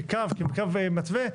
כקו מתווה,